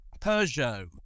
Peugeot